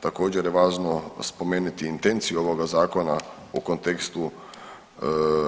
Također je važno spomenuti intenciju ovoga zakona u kontekstu